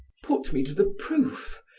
put me to the proof.